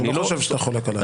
אני לא חושב שאתה חולק עליי.